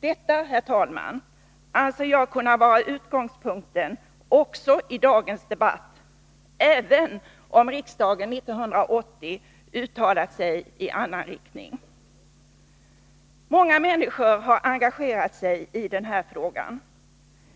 Detta, herr talman, anser jag bör kunna vara utgångspunkten också i dagens debatt, även om riksdagen 1980 uttalat sig i annan riktning. Många människor har engagerat sig i den här frågan.